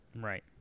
Right